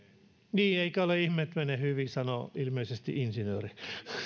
niin eikä ole ihme että menee hyvin sanoo ilmeisesti insinööri